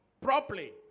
properly